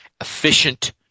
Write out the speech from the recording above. efficient